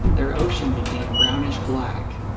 their ocean became brownish black.